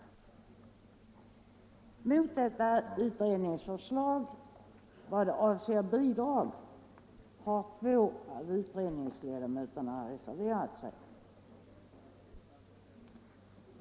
Mot utredningens förslag i vad avser bidrag har två av utredningsledamöterna reserverat sig.